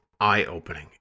eye-opening